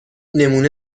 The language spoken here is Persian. نمونه